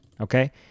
Okay